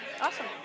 Awesome